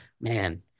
man